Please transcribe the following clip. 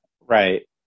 right